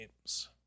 Games